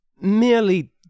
merely